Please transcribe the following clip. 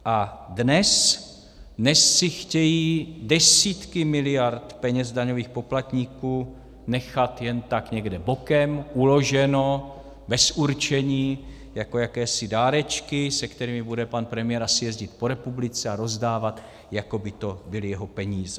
A dnes si chtějí desítky miliard peněz daňových poplatníků nechat jen tak někde bokem, uloženo bez určení, jako jakési dárečky, se kterými bude pan premiér asi jezdit po republice a rozdávat, jako by to byly jeho peníze.